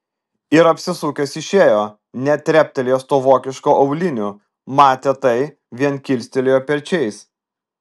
ir apsisukęs išėjo net treptelėjęs tuo vokišku auliniu matę tai vien kilstelėjo pečiais